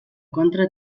contra